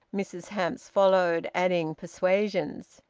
mrs hamps followed, adding persuasions.